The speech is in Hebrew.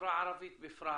ולחברה הערבית בפרט.